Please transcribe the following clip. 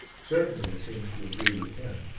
certainly it seems to agree with him.